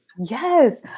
Yes